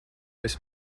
esi